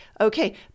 okay